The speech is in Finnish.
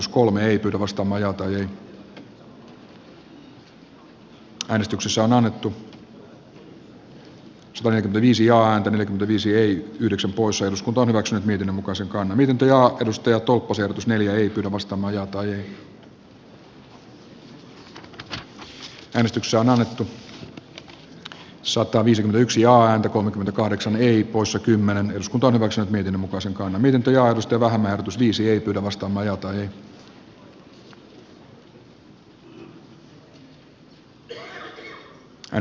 kuitenkin syyrian konflikti edellyttää ennen kaikkea suurvaltojen vuoropuhelun jatkamista ja aate levisi ei yhdeksän pois eduskunta hyväksyy konfliktin osapuolten tuen ja aseistamisen lopettamista sekä isiln nousun takana oleviin taloudellisiin poliittisiin etnisiin uskonnollisiin ja humanitaarisiin syihin puuttumista